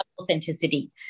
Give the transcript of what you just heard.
authenticity